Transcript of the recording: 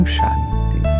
Shanti